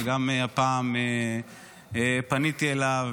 שגם הפעם פניתי אליו,